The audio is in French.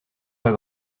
pas